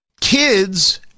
Kids